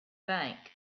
bank